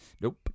Nope